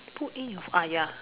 put in your phone uh ya